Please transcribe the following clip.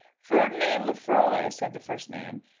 ferdinand lefroy, said the first man,